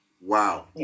Wow